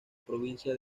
provincia